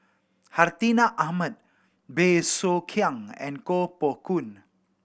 Hartinah Ahmad Bey Soo Khiang and Koh Poh Koon